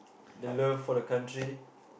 the love for the country